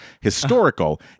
historical